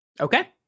Okay